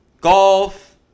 Golf